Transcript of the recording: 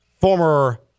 former